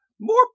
more